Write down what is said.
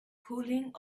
cooling